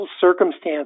circumstances